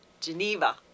Geneva